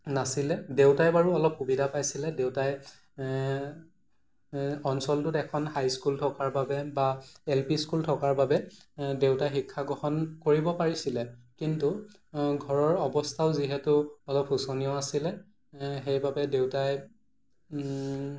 নাছিলে দেউতাই বাৰু অলপ সুবিধা পাইছিলে দেউতাই অঞ্চলটোত এখন হাই স্কুল থকাৰ বাবে বা এল পি স্কুল থকাৰ বাবে দেউতাই শিক্ষা গ্ৰহণ কৰিব পাৰিছিলে কিন্তু ঘৰৰ অৱস্থাও যিহেতু অলপ শোচনীয় আছিলে সেই বাবে দেউতাই